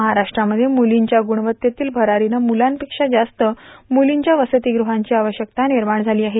महाराष्ट्रामध्ये मुलींच्या गुणवत्तेतील भरारीनं मुलांपेक्षा जास्त म्रलींच्या वसतिग्रहांची आवश्यकता निर्माण झाली आहे